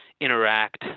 interact